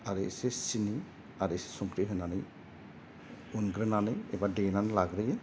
आरो इसे सिनि आरो इसे संख्रि होनानै उनग्रोनानै एबा देनानै लाग्रोयो